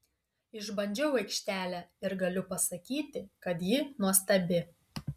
išbandžiau aikštelę ir galiu pasakyti kad ji nuostabi